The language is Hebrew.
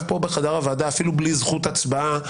פה בחדר הוועדה אפילו בלי זכות הצבעה,